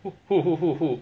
who who who who who